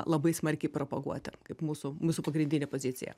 labai smarkiai propaguoti kaip mūsų mūsų pagrindinė pozicija